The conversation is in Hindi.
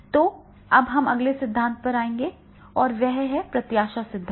तो अब हम अगले सिद्धांत पर आएंगे और वह है प्रत्याशा सिद्धांत